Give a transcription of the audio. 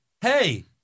Hey